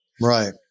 Right